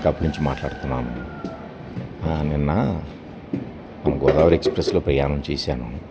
కడప నుంచి మాట్లాడుతున్నాము నిన్న న గోదావరి ఎక్స్ప్రెస్లో ప్రయాణం చేశాను